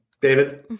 David